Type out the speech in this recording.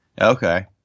Okay